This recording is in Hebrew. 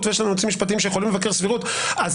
ויש לנו יועצים משפטיים שיכולים לבקר סבירות.